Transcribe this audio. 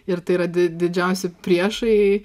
ir tai yra didžiausi priešai